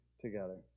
together